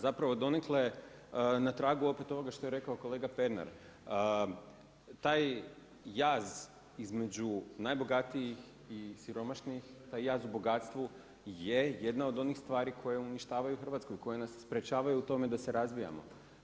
Zapravo donekle na tragu opet ovoga što je rekao kolega Pernar, taj jaz između najbogatijih i siromašnih, taj jaz u bogatstvu je jedna od onih stvari koje uništavaju Hrvatsku i koji nas sprečavaju u tome da se razvijamo.